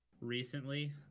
recently